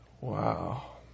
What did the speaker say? Wow